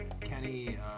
Kenny